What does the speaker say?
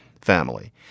family